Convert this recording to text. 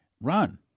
run